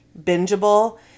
bingeable